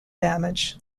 damage